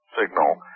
signal